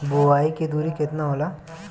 बुआई के दूरी केतना होला?